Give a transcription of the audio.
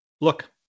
Look